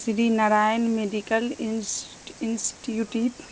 سری Narayan medical انس انسٹی ٹیوٹ